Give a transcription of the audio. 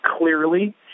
clearly